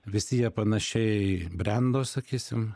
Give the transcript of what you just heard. visi jie panašiai brendo sakysim